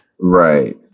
Right